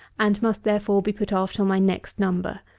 and must, therefore, be put off till my next number.